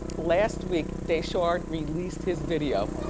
last week daeshard released his video.